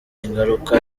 ingaruka